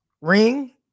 ring